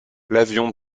l’avion